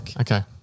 Okay